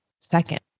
second